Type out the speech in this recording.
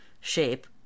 shape